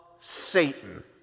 Satan